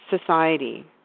society